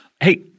hey